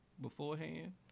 beforehand